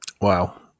Wow